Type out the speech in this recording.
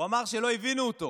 הוא אמר שלא הבינו אותו.